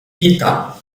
vita